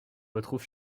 retrouve